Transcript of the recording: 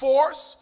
Force